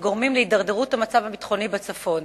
שהם גורמים להידרדרות המצב הביטחוני בצפון,